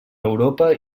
europa